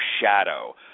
shadow